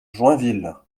joinville